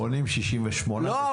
בונים 68. לא.